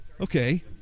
Okay